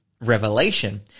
Revelation